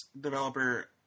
developer